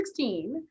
2016